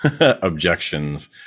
objections